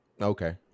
okay